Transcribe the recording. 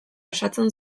osatzen